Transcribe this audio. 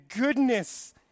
goodness